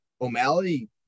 O'Malley